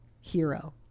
hero